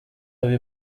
aba